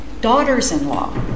daughters-in-law